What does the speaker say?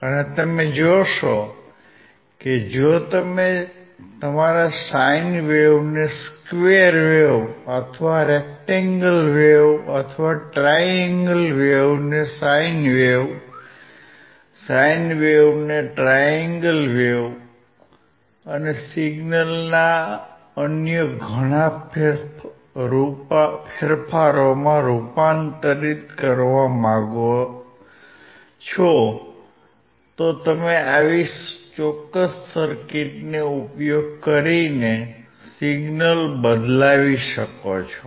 અને તમે જોશો કે જો તમે તમારા સાઈન વેવને સ્ક્વેર વેવ અથવા રેક્ટેંગલ વેવ અથવા ટ્રાય એંગલ વેવને સાઈન વેવ સાઈન વેવને ટ્રાય એંગલ વેવ અને સિગ્નલના અન્ય ઘણા ફેરફારોમાં રૂપાંતરિત કરવા માંગતા હો તો તમે આવી ચોક્કસ સર્કિટનો ઉપયોગ કરીને સિગ્નલ બદલાવી શકો છો